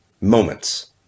moments